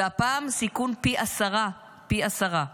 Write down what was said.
והפעם הסיכון הוא פי עשרה, פי עשרה,